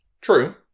True